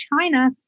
China